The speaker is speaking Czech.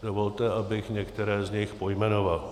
Dovolte, abych některé z nich pojmenoval.